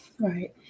Right